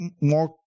more